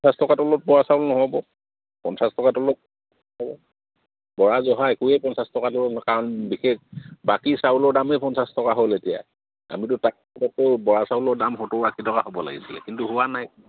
পঞ্চাছ টকা তলত বৰা চাউল নহ'ব পঞ্চাছ টকা তলত বৰা জহা একোৱেই পঞ্চাছ টকা তলত কাৰণ বিশেষ বাকী চাউলৰ দামেই পঞ্চাছ টকা হ'ল এতিয়া আমিতো তাতকৈতো বৰা চাউলৰ দাম সত্তৰ আশী টকা হ'ব লাগিছিলে কিন্তু হোৱা নাই